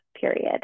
period